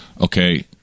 Okay